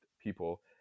people